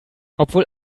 obwohl